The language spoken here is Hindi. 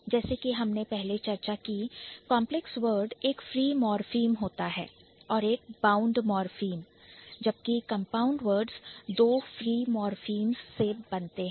जैसे कि हम पहले चर्चा कर चुके हैं Complex Word एक Free Morpheme फ्री मोरफिमहोता है और एक Bound Morpheme बाउंड मोरफिम जबकि Compound Words कंपाउंड वर्ड्स दो Free Morphemes फ्री मोरफिम से बनते हैं